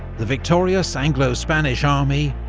the victorious anglo-spanish army,